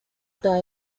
toda